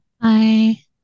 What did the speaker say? Hi